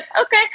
okay